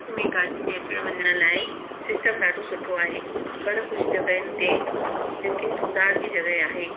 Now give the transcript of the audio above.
घर में गाॾियुनि जे अचण वञण लाइ सिस्टम ॾाढो सुठो आहे पर कुझु जॻहियुनि लेकिन सुधार जी जॻहि आहे